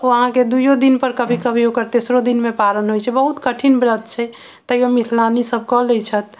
ओ अहाँके दुइयो दिन पर कभी कभी ओकर तेसरो दिन पर पारण होइ छै बहुत कठिन व्रत छै तइयो मिथिलानी सब कऽ लै छथि